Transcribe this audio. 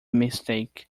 mistake